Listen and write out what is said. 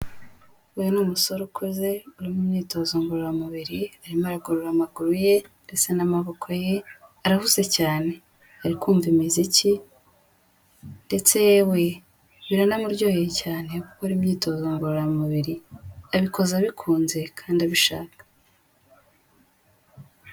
Uyu ni umusore ukuze ari mu myitozo ngororamubiri, arimo aragorora amaguru ye ndetse n'amaboko ye, arahuze cyane. Ari kumva imiziki ndetse yewe biranamuryoheye cyane gukora imyitozo ngororamubiri, yabikoze abikunze kandi abishaka.